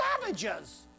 savages